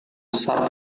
besar